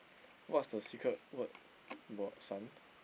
what's the secret word about sun